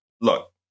Look